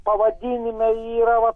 pavadinime yra vat